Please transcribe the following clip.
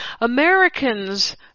Americans